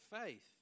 faith